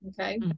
Okay